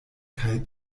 kaj